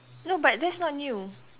no but that's not new